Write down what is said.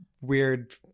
weird